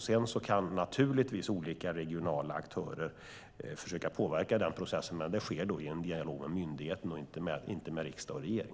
Sedan kan naturligtvis olika regionala aktörer försöka påverka den processen, men jag tycker att detta ska ske inom myndigheten och inte i riksdag och regering.